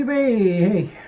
um a a